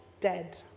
dead